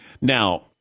Now